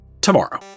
tomorrow